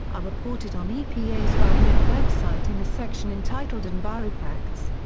are reported on epa's rad net web site in a section entitled envirofacts.